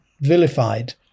vilified